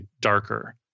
darker